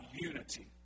unity